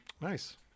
Nice